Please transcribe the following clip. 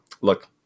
Look